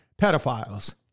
pedophiles